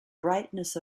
brightness